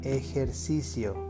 ejercicio